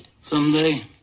Someday